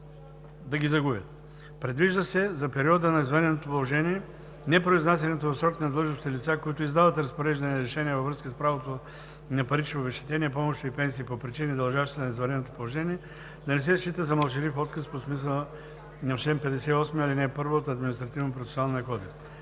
да ги загубят. Предвижда се за периода на извънредното положение непроизнасянето в срок на длъжностните лица, които издават разпореждания и решения във връзка с правото на парични обезщетения, помощи и пенсии по причини, дължащи на извънредното положение, да не се счита за мълчалив отказ по смисъла на чл. 58, ал. 1 от Административно-процесуалния кодекс.